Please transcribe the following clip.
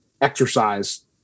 exercise